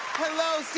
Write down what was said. hello, steve.